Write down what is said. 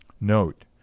Note